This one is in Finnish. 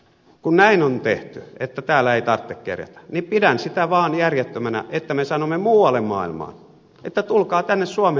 kun näin on tehty että täällä ei tarvitse kerjätä niin pidän sitä vaan järjettömänä että me sanomme muualle maailmaan että tulkaa tänne suomeen kerjäämään